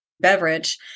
beverage